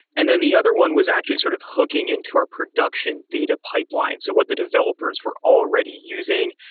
and then the other one was actually sort of hooking into our production data pipeline. so what the developers were already using,